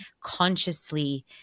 consciously